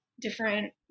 different